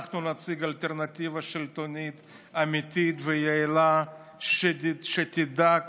אנחנו נציג אלטרנטיבה שלטונית אמיתית ויעילה שתדאג